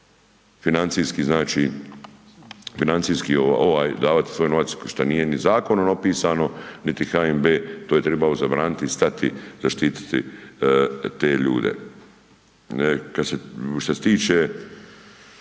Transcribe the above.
financijski ovaj davat svoj novac šta nije ni zakonom opisan, niti HNB, to je tribao zabraniti i stati, zaštititi te ljude. Šta se tiče